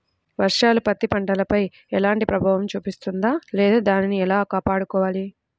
వర్షాలు పత్తి పంటపై ఎలాంటి ప్రభావం చూపిస్తుంద లేదా దానిని ఎలా కాపాడుకోవాలి?